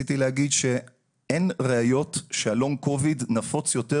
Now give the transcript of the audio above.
רציתי להגיד שאין ראיות שהלונג קוביד נפוץ יותר